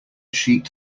sheet